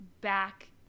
back